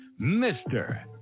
Mr